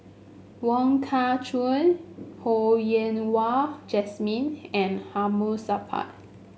Wong Kah Chun Ho Yen Wah Jesmine and Hamid Supaat